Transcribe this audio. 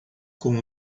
com